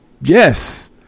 Yes